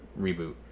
reboot